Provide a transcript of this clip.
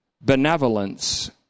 benevolence